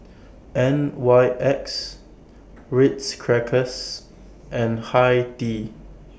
N Y X Ritz Crackers and Hi Tea